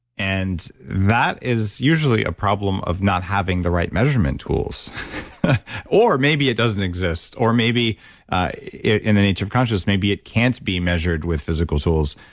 and that is usually a problem of not having the right measurement tools or maybe it doesn't exist, or maybe in the nature of consciousness, maybe it can't be measured with physical tools,